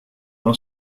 rhin